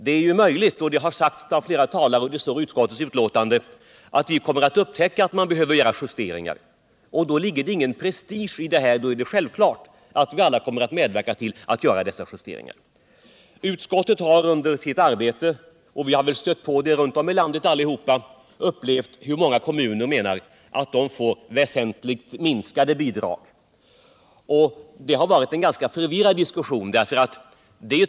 Det är möjligt — det har sagts av flera talare och det står i utskottets betänkande —att vi kommer att upptäcka att det behövs justeringar. Då ligger det ingen presuge i detta — då är det självklart att vi kommer att medverka tull fimpliga justeringar. Utskottet har under sitt arbete — vi har väl dessutom alla stött på det runt om i landet — upplevt att många kommuner menar att de får väsentligt minskade bidrag. Det har varit en ganska förvirrad diskussion.